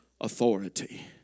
Authority